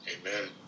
amen